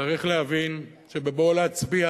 צריך להבין שבבואו להצביע